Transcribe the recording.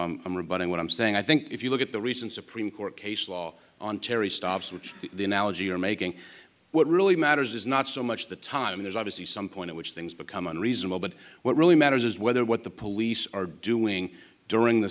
i want i'm saying i think if you look at the recent supreme court case law on terry stops which the analogy are making what really matters is not so much the time there's obviously some point at which things become unreasonable but what really matters is whether what the police are doing during the